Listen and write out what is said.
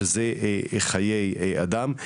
שזה חיי אדם.